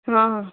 हाँ